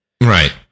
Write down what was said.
Right